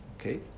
Okay